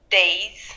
days